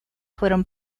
fueron